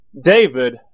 David